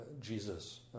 Jesus